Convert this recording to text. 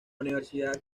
universidad